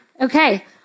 Okay